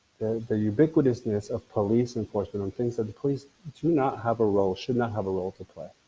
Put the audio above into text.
the ubiquitousness of police enforcement on things that the police do not have a role, should not have a role to play.